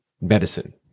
medicine